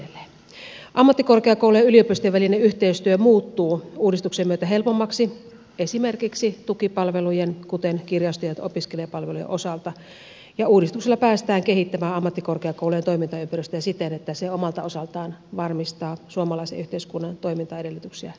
ammattikorkeakoulujen ja yliopistojen välinen yhteistyö muuttuu uudistuksen myötä helpommaksi esimerkiksi tukipalvelujen kuten kirjasto ja opiskelijapalvelujen osalta ja uudistuksella päästään kehittämään ammattikorkeakoulujen toimintaympäristöjä siten että ne omalta osaltaan varmistavat suomalaisen yhteiskunnan toimintaedellytyksiä pitkälle tulevaisuuteen